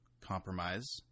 compromise